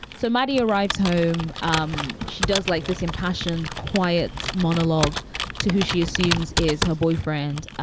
so maddie arrives home. um she does like this impassioned, quiet monologue to who she assumes is her boyfriend,